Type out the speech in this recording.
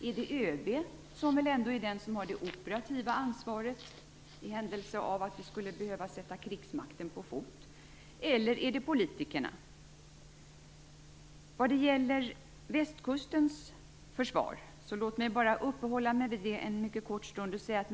Är det ÖB, som väl ändå har det operativa ansvaret i händelse av att vi skulle behöva krigsmakten på fot, eller är det politikerna? Låt mig uppehålla mig en kort stund vid Västkustens försvar.